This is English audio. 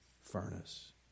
furnace